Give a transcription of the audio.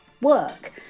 work